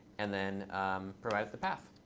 and then provide the path.